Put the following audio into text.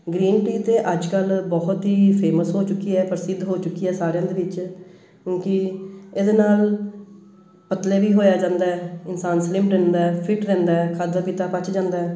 green tea ਤਾਂ ਅੱਜ ਕੱਲ੍ਹ ਬਹੁਤ ਹੀ ਫੇਮਸ ਹੋ ਚੁੱਕੀ ਹੈ ਪ੍ਰਸਿੱਧ ਹੋ ਚੁੱਕੀ ਹੈ ਸਾਰਿਆਂ ਦੇ ਵਿੱਚ ਕਿਉਂਕਿ ਇਹਦੇ ਨਾਲ ਪਤਲੇ ਵੀ ਹੋਇਆ ਜਾਂਦਾ ਹੈ ਇਨਸਾਨ ਸਲਿਮ ਰਹਿੰਦਾ ਹੈ ਫਿਟ ਰਹਿੰਦਾ ਹੈ ਖਾਧਾ ਪੀਤਾ ਪਚ ਜਾਂਦਾ ਹੈ